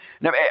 Now